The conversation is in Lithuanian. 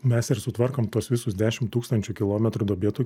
mes ir sutvarkom tuos visus dešim tūkstančių kilometrų duobėtų